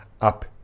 up